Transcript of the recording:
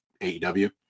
AEW